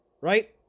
right